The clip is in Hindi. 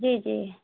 जी जी